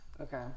Okay